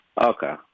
Okay